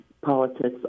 Politics